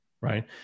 Right